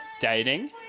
dating